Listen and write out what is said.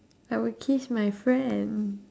I will kiss my friend